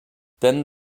then